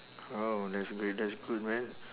oh that's great that's good man